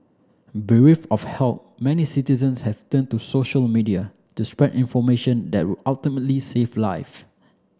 bereft of help many citizens have turn to social media to spread information that would ultimately save life